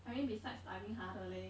I mean besides studying harder leh